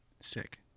Sick